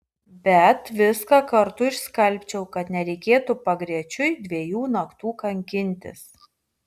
bet viską kartu išskalbčiau kad nereikėtų pagrečiui dviejų naktų kankintis